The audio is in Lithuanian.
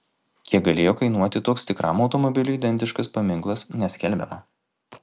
kiek galėjo kainuoti toks tikram automobiliui identiškas paminklas neskelbiama